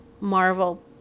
Marvel